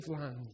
land